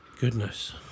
Goodness